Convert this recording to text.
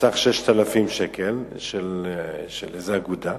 בסך 6,000 שקל של איזו אגודה,